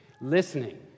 listening